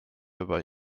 über